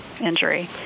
injury